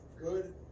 good